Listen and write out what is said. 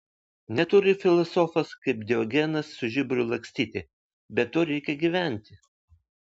neturi filosofas kaip diogenas su žiburiu lakstyti bet tuo reikia gyventi